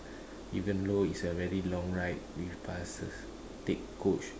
even though it's a very long ride with buses take coach